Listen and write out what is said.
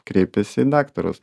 kreipiasi į daktarus